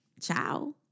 Ciao